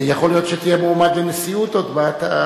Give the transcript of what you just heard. יכול להיות שתהיה מועמד לנשיאות עוד מעט.